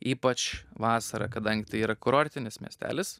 ypač vasarą kadangi tai yra kurortinis miestelis